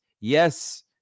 Yes